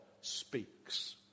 speaks